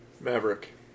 Maverick